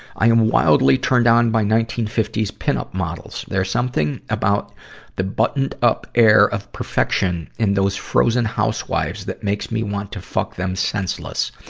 i am wildly turned on by nineteen fifty s pin-up models. there's something about the buttoned-up air of perfection in those frozen housewives that makes me want to fuck them senseless.